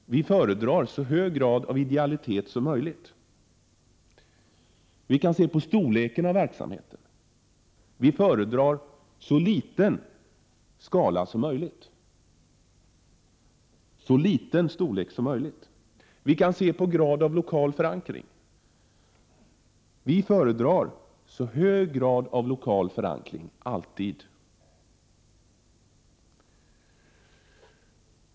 Vi föredrar så hög grad av idealitet som möjligt. Om vi ser till verksamhetens storlek så föredrar vi i miljöpartiet så liten skala på verksamheten som möjligt. Vi föredrar alltid så hög grad av lokal förankring som möjligt.